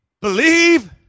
believe